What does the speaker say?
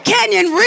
Canyon